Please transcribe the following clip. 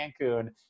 cancun